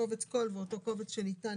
קובץ קול ואותו קובץ שניתן